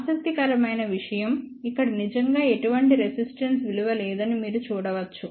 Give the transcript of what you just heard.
ఆసక్తికరమైన విషయం ఇక్కడ నిజంగా ఎటువంటి రెసిస్టెన్స్ విలువ లేదని మీరు చూడవచ్చు